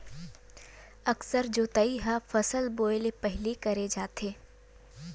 अकरस जोतई ह फसल बोए ले पहिली करे जाथे